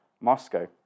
Moscow